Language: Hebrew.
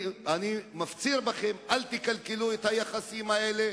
אני מפציר בכם: אל תקלקלו את היחסים האלה,